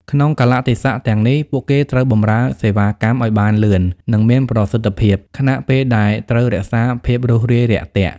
ក្នុងកាលៈទេសៈទាំងនេះ ពួកគេត្រូវបម្រើសេវាកម្មឲ្យបានលឿន និងមានប្រសិទ្ធភាព ខណៈពេលដែលត្រូវរក្សាភាពរួសរាយរាក់ទាក់។